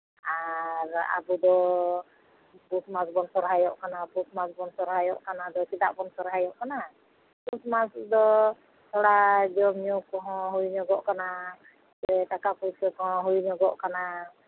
ᱟᱨ ᱟᱵᱚᱫᱚ ᱯᱩᱥ ᱢᱟᱥ ᱵᱚᱱ ᱥᱚᱨᱦᱟᱭᱚᱜ ᱠᱟᱱᱟ ᱯᱩᱥ ᱢᱟᱥ ᱵᱚᱱ ᱥᱚᱨᱦᱟᱭᱚᱜ ᱠᱟᱱᱟ ᱟᱫᱚ ᱪᱮᱫᱟᱜ ᱵᱚᱱ ᱥᱚᱨᱦᱟᱭᱚᱜ ᱠᱟᱱᱟ ᱯᱩᱥ ᱢᱟᱥ ᱫᱚ ᱛᱷᱚᱲᱟ ᱡᱚᱢ ᱧᱩ ᱠᱚᱦᱚᱸ ᱦᱩᱭ ᱧᱚᱜᱚᱜ ᱠᱟᱱᱟ ᱥᱮ ᱴᱟᱠᱟ ᱯᱩᱭᱥᱟᱹ ᱠᱚᱦᱚᱸ ᱦᱩᱭ ᱧᱚᱜᱚᱜ ᱠᱟᱱᱟ